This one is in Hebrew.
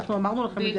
אמרנו לכם את זה אז.